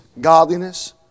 godliness